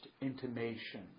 intimation